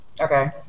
Okay